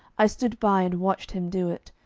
i stood by and watched him do it,